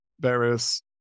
various